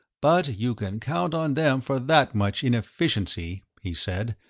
but you can count on them for that much inefficiency, he said,